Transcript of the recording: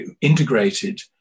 integrated